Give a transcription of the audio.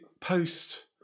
post